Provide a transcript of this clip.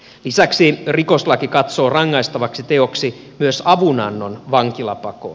lisäksi rikoslaki katsoo rangaistavaksi teoksi myös avunannon vankilapakoon